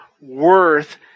worth